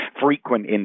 frequent